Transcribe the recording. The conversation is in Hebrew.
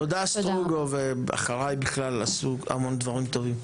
תודה סטרוגו, ואחריי בכלל, עשו המון דברים טובים.